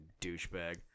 douchebag